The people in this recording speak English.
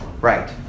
right